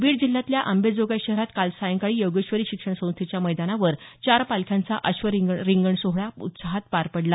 बीड जिल्ह्यातल्या अंबाजोगाई शहरात काल सायंकाळी योगेश्वरी शिक्षण संस्थेच्या मैदानवर चार पालख्यांचा अश्वरिंगण रिंगण सोहळा उत्साहात पार पडला